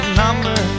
number